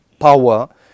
power